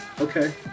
Okay